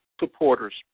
supporters